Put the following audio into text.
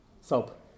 soap